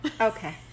Okay